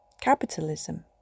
Capitalism